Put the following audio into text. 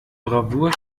bravour